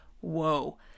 whoa